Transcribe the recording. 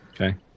Okay